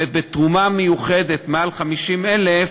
ובתרומה מיוחדת, מעל 50,000,